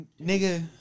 nigga